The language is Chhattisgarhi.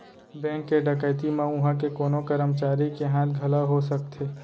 बेंक के डकैती म उहां के कोनो करमचारी के हाथ घलौ हो सकथे